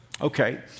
Okay